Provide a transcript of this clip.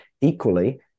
equally